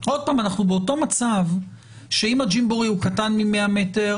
עוד פעם אנחנו באותו מצב שאם הג'מבורי הוא קטן מ-100 מטר,